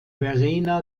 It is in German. verena